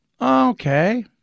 Okay